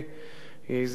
יהי זכרו ברוך.